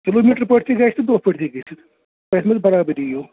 kilometre پٲٹھی تہِ گژھٕ تہٕ دۄہ پٲٹھی تہِ ہیکہِ گژھِتھ کینٛہہ یتھ منٛز پرابری یِیِو